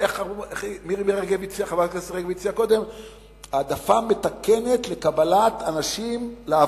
איך הציעה חברת הכנסת מירי רגב קודם?